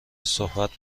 صحبت